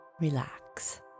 Relax